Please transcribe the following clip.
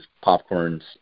popcorn's